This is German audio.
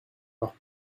noch